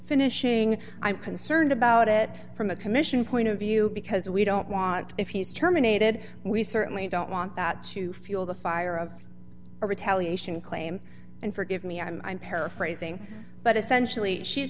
finishing i'm concerned about it from a commission point of view because we don't want to if he's terminated we certainly don't want that to fuel the fire of retaliation claim and forgive me i'm paraphrasing but essentially she's